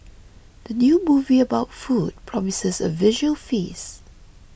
the new movie about food promises a visual feast